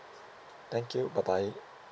thank you bye bye